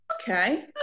Okay